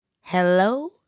Hello